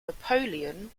napoleon